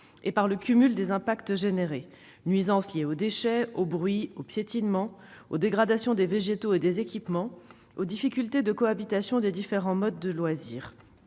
et au cumul des impacts : nuisances liées aux déchets, au bruit, au piétinement, aux dégradations des végétaux ou des équipements, à la difficulté de cohabitation entre les différents modes de loisirs.